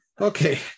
Okay